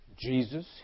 Jesus